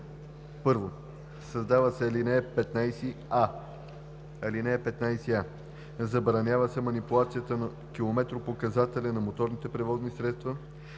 1. Създава се ал. 15а: „(15а) Забранява се манипулацията на километропоказателя моторните превозни средства,